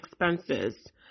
expenses